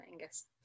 Angus